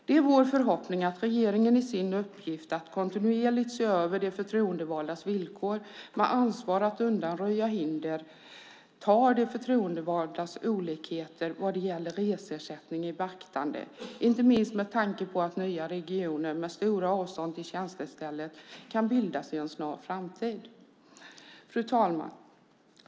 Det är vår förhoppning att regeringen i sin uppgift att kontinuerligt se över de förtroendevaldas villkor med ansvar att undanröja hinder tar de förtroendevaldas olikheter vad gäller reseersättning i beaktande, inte minst med tanke på att nya regioner med stora avstånd till tjänstestället kan bildas inom en snar framtid. Fru talman!